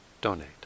donate